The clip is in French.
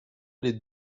les